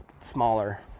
smaller